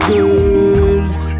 Girls